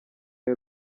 y’u